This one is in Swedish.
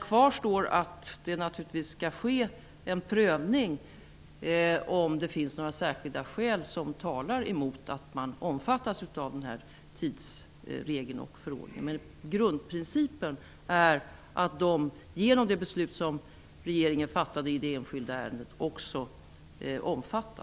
Kvar står att det naturligtvis skall ske en prövning av om det finns några särskilda skäl som talar emot att man omfattas av tidsregeln och förordningen. Men grundprincipen är att man, genom det beslut som regeringen fattade i det enskilda ärendet, omfattas av dessa.